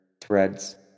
threads